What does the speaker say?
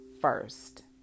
first